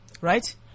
right